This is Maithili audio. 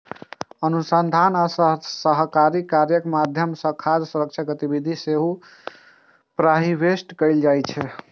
अनुसंधान आ सहकारी कार्यक माध्यम सं खाद्य सुरक्षा गतिविधि कें सेहो प्रीहार्वेस्ट कहल जाइ छै